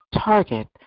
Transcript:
target